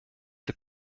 der